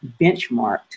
benchmarked